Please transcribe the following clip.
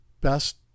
best